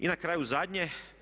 I na kraju zadnje.